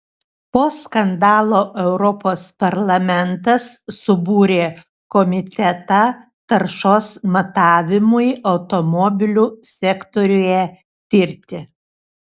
po skandalo europos parlamentas subūrė komitetą taršos matavimui automobilių sektoriuje tirti